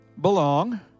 belong